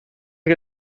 che